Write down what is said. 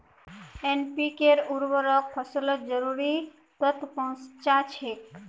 NPK उर्वरक फसलत जरूरी तत्व पहुंचा छेक